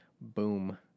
Boom